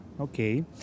Okay